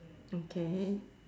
okay